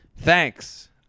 thanks